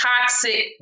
toxic